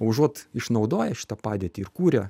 užuot išnaudoję šitą padėtį ir kūrę